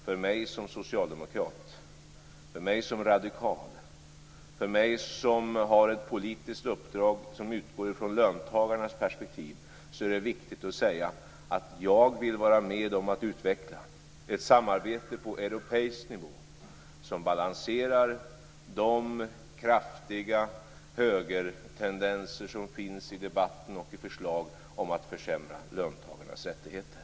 För mig som socialdemokrat, för mig som radikal och för mig som har ett politiskt uppdrag som utgår från löntagarnas perspektiv är det viktigt att säga att jag vill vara med om att utveckla ett samarbete på europeisk nivå som balanserar de kraftiga högertendenser som finns i debatten och i förslag om att försämra löntagarnas rättigheter.